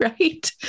Right